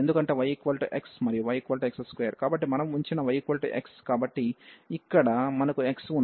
కాబట్టి మనం ఉంచిన yx కాబట్టి ఇక్కడ మనకు x ఉంది మరియు అనేది 0 కి సమానం